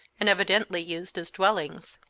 and evidently used as dwellings.